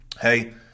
Hey